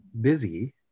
busy